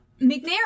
McNair